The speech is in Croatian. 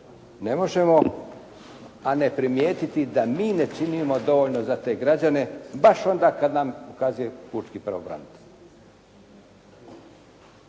Ne možemo, a ne primijetiti da mi ne činimo dovoljno za te građane baš onda kad nam ukazuje pučki pravobranitelj.